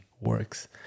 works